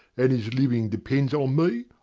an' is livin depen's on me,